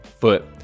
foot